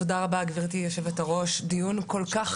גברתי היושבת-ראש, תודה רבה.